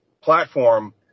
platform